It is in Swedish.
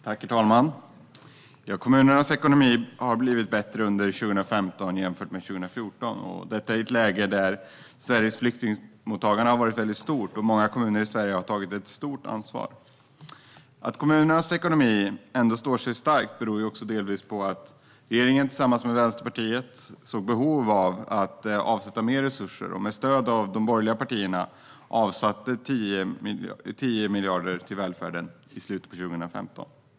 Herr talman! Kommunernas ekonomi har blivit bättre under 2015 än den var 2014. Detta har skett i ett läge när Sveriges flyktingmottagande har varit väldigt stort och många kommuner i Sverige tagit ett stort ansvar. Att kommunernas ekonomi ändå står stark beror delvis på de resurser som regeringen tillsammans med Vänsterpartiet såg behov av. Med stöd av de borgerliga partierna avsatte man 10 miljarder till välfärden i slutet av 2015.